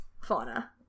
Fauna